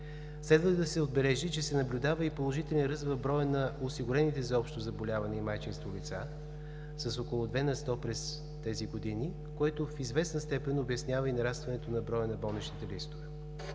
Следва да се отбележи, че се наблюдава и положителен ръст в броя на осигурените за общо заболяване и майчинство лица с около две на сто през тези години, което в известна степен обяснява и нарастването на броя на болничните листове.